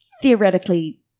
theoretically